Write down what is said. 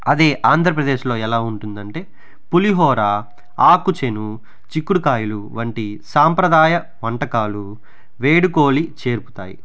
అదే ఆంధ్రప్రదేశ్లో ఎలా ఉంటుంది అంటే పులిహోర ఆకుచేను చిక్కుడుకాయలు వంటి సంప్రదాయ వంటకాలు వేడుకోలి చేరుపుతాయి